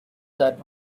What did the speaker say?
that